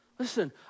listen